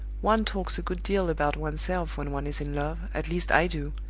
one talks a good deal about one's self when one is in love, at least i do.